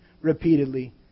repeatedly